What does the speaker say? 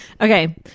Okay